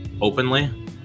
openly